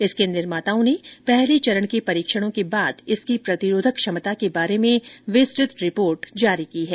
इसके निर्माताओं ने पहले चरण के परीक्षणों के बाद इसकी प्रतिरोधक क्षमता के बारे में विस्तृत रिपोर्ट जारी की है